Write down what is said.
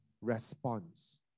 response